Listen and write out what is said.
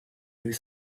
you